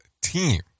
team